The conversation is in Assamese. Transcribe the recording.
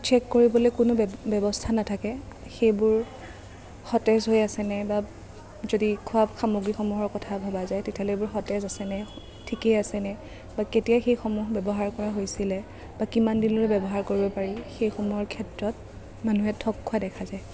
চেক কৰিবলৈ কোনো ব্যৱ ব্য়ৱস্থা নাথাকে সেইবোৰ সতেজ হৈ আছে নে বা যদি খোৱা সামগ্ৰীসমূহৰ কথা ভবা যায় তেতিয়াহ'লে এইবোৰ সতেজ আছে নে ঠিকেই আছেনে বা কেতিয়া সেইসমূহ ব্য়ৱহাৰ কৰা হৈছিলে বা কিমানদিনলৈ ব্য়ৱহাৰ কৰিব পাৰি সেইসমূহৰ ক্ষেত্ৰত মানুহে ঠগ খোৱা দেখা যায়